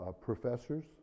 professors